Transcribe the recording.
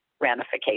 ramification